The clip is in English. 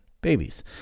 babies